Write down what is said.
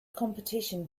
competition